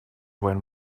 when